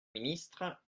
ministre